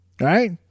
Right